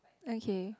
okay